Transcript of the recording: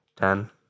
Dan